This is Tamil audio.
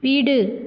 வீடு